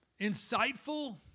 insightful